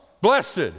blessed